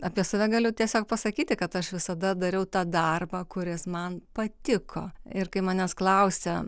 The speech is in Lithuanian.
apie save galiu tiesiog pasakyti kad aš visada dariau tą darbą kuris man patiko ir kai manęs klausia